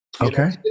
Okay